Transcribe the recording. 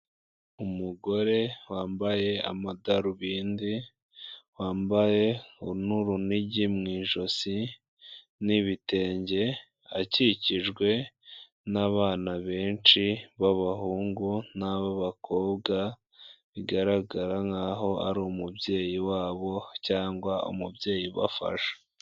Umugore wambaye amadarubindi wambaye n'urunigi mu ijosi n'ibitenge akikijwe nabana benshi b'abahungu n'abakobwa bigaragara nkaho ari umubyeyi wabo cyangwa umubyeyi ubafasha.